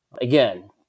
again